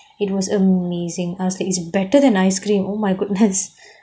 it was amazing I was like it's better than ice-cream oh my goodness